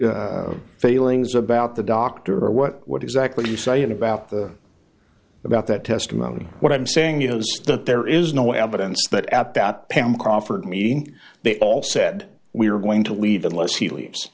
feelings about the doctor or what what exactly are you saying about the about that testimony what i'm saying is that there is no evidence that at that pam crawford me they all said we're going to leave unless he leaves